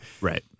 Right